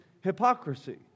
hypocrisy